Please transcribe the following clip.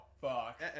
fuck